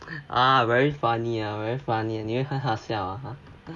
ah very funny very funny ah 你以为很好笑 ah